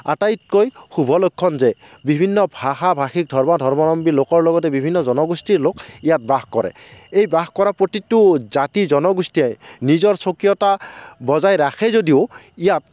আটাইতকৈ শুভ লক্ষণ যে বিভিন্ন ভাষা ভাষিক ধৰ্মা ধৰ্মাৱলম্বী লোকৰ লগতে বিভিন্ন জনগোষ্ঠীৰ লোক ইয়াত বাস কৰে এই বাস কৰা প্ৰতিটো জাতি জনগোষ্ঠীয়ে নিজৰ স্বকীয়তা বজাই ৰাখে যদিও ইয়াত